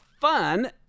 fun